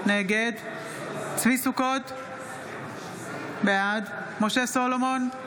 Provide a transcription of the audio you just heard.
נגד צבי ידידיה סוכות - בעד משה סולומון,